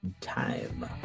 time